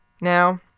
now